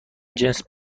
جنس